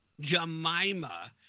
Jemima